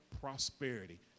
prosperity